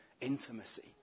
Intimacy